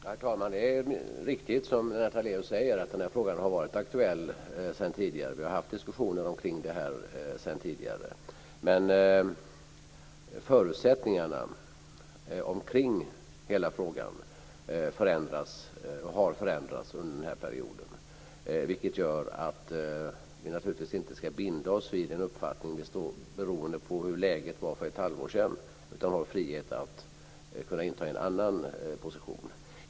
Herr talman! Det är riktigt. Som Lennart Daléus säger är frågan aktuell sedan tidigare. Vi har sedan tidigare fört diskussioner om detta men förutsättningarna kring hela frågan har förändrats under den här perioden. Det gör att vi naturligtvis inte ska binda oss vid en uppfattning beroende på hur läget var för ett halvår sedan, utan vi har frihet att inta en annan position.